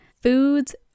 foods